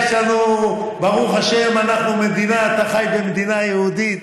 ברוך השם, אנחנו מדינה, אתה חי במדינה יהודית.